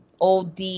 OD